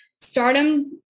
stardom